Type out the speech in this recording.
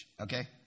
okay